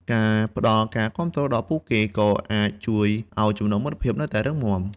ការផ្តល់ការគាំទ្រដល់ពួកគេ ក៏អាចជួយឲ្យចំណងមិត្តភាពនៅតែរឹងមាំ។